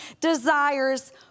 desires